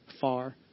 far